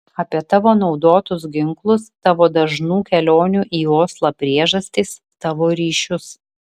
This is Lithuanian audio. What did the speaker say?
apie tavo naudotus ginklus tavo dažnų kelionių į oslą priežastis tavo ryšius